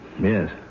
Yes